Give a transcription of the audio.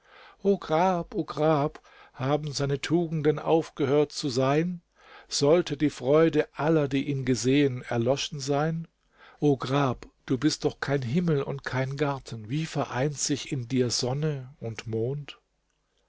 o grab haben seine tugenden aufgehört zu sein sollte die freude aller die ihn gesehen erloschen sein o grab du bist doch kein himmel und kein garten wie vereint sich in dir sonne und mond